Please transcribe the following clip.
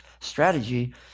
Strategy